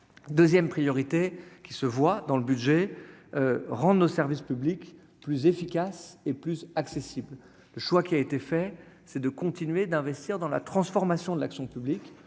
2ème priorité qui se voit dans le budget rendent nos services publics plus efficaces et plus accessible, le choix qui a été fait, c'est de continuer d'investir dans la transformation de l'action publique